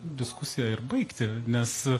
diskusiją ir baigti nes